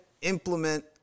implement